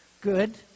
Good